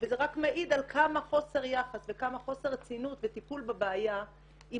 וזה רק מעיד על כמה חוסר יחס וכמה חוסר רצינות בטיפול בבעיה אם